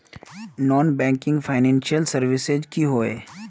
Non banking financial services की होय?